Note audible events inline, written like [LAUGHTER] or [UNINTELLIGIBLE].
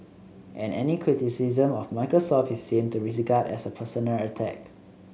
and any criticism of Microsoft he seemed to [UNINTELLIGIBLE] as a personal attack